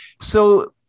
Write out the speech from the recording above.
So-